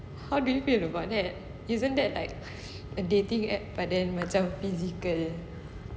how do you feel about that isn't that like a dating app but then macam physical